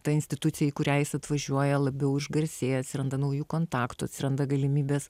ta institucija į kurią jis atvažiuoja labiau išgarsės atsiranda naujų kontaktų atsiranda galimybės